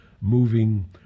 moving